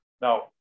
Now